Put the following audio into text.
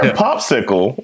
popsicle